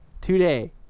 today